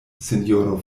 sinjoro